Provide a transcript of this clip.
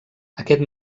aquest